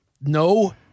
no